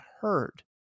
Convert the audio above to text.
heard